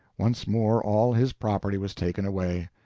once more all his property was taken away.